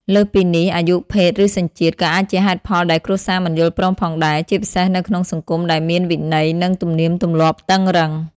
លើសពីនេះ អាយុ ភេទ ឬសញ្ជាតិ ក៏អាចជាហេតុផលដែលគ្រួសារមិនយល់ព្រមផងដែរ ជាពិសេសនៅក្នុងសង្គមដែលមានវិន័យ និងទំនៀមទម្លាប់តឹងរ៉ឹង។